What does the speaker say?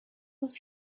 was